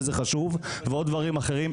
וזה חשוב ועוד דברים אחרים,